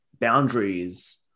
boundaries